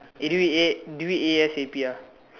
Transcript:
eh do it A do it A_S_A_P ah